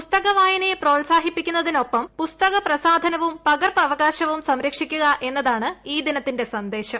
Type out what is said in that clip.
പുസ്തക വായനയെ പ്രോത്സാഹിപ്പിക്കുന്നതിനൊപ്പം പ്രസാധനവും പകർപ്പവകാശവും സംരക്ഷിക്കുക എന്നതാണ് ഈ ദിനത്തിന്റെ സന്ദേശം